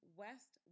west